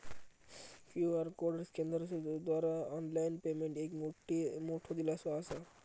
QR code स्कॅनरद्वारा online payment एक मोठो दिलासो असा